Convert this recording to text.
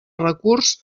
recurs